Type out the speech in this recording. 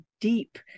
deep